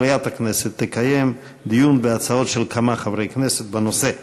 מליאת הכנסת תקיים דיון בהצעות של כמה חברי כנסת בנושא.